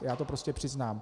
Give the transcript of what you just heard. Já to prostě přiznám.